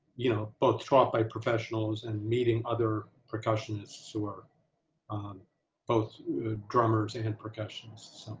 you know, both taught by professionals and meeting other percussionists who are um both drummers and percussionists.